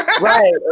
right